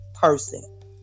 person